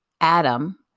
Adam